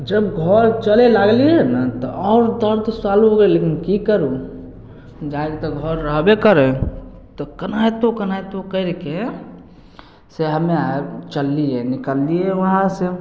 जब घर चलय लागलियै ने तऽ आओर दर्द चालू भऽ गेल लेकिन की करू जाइके तऽ घर रहबे करय तऽ केनाहितो केनाहितो करिके से हमे आर चललियै निकललियै उहाँसँ